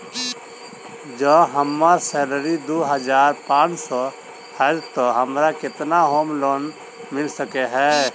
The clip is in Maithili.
जँ हम्मर सैलरी दु हजार पांच सै हएत तऽ हमरा केतना होम लोन मिल सकै है?